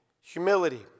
humility